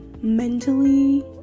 Mentally